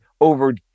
over